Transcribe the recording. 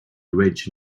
rich